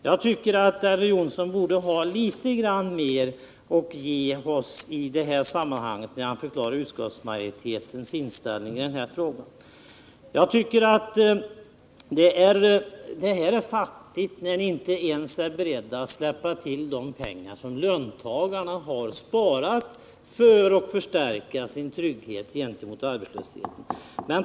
Jag tycker att Elver Jonsson borde ha något mer att säga när han förklarar majoritetens inställning i denna fråga. Det är fattigt att ni inte ens är beredda att släppa till de pengar som löntagarna har sparat för att förstärka sin trygghet mot arbetslösheten.